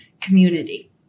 community